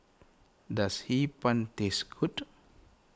does Hee Pan taste good